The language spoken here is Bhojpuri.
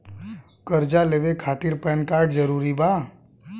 कर्जा लेवे खातिर पैन कार्ड जरूरी बा?